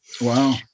Wow